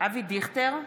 אבי דיכטר,